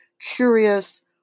curious